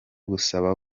gusaba